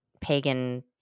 pagan